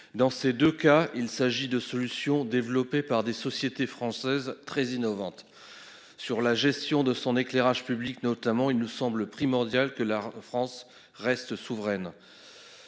Dans ces 2 cas, il s'agit de solution développées par des sociétés françaises très innovantes. Sur la gestion de son éclairage public notamment. Il nous semble primordial que la France reste souveraine.